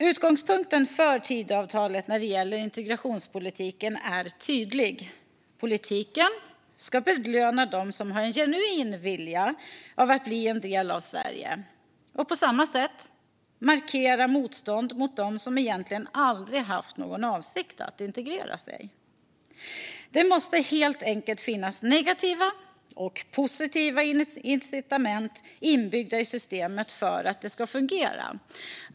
Utgångspunkten för Tidöavtalet när det gäller integrationspolitiken är tydlig. Politiken ska belöna dem som har en genuin vilja att bli en del av Sverige och på samma sätt markera motstånd mot dem som egentligen aldrig har haft någon avsikt att integrera sig. Det måste helt enkelt finnas negativa och positiva incitament inbyggda i systemet för att det ska fungera.